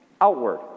outward